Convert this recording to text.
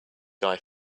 guy